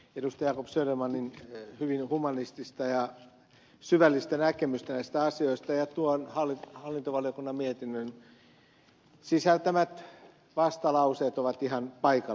jacob södermanin hyvin humanistista ja syvällistä näkemystä näistä asioista ja hallintovaliokunnan mietintöön liitetyt vastalauseet ovat ihan paikallaan